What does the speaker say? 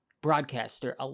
Broadcaster